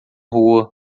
rua